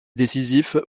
décisive